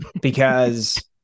because-